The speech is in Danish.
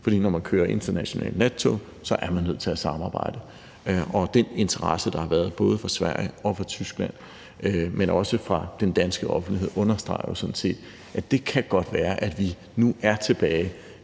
for når man kører internationalt nattog, er man nødt til at samarbejde. Den interesse, der har været, både fra Sverige og fra Tyskland, men også fra den danske offentligheds side, understreger jo sådan set, at det godt kan være, at vi nu er tilbage